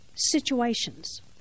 situations